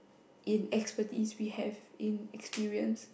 in expertise we have in experience